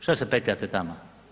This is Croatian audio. Što se petljate tamo?